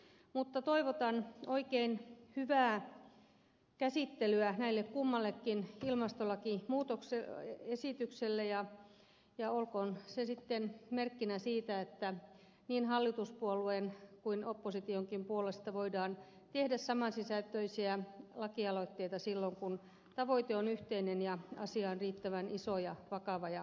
mutta toivotan oikein hyvää käsittelyä näille kummallekin ilmastolakiesitykselle ja olkoon se sitten merkkinä siitä että niin hallituspuolueen kuin oppositionkin puolesta voidaan tehdä samansisältöisiä lakialoitteita silloin kun tavoite on yhteinen ja asia on riittävän iso ja vakava ja tärkeä